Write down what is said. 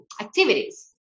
activities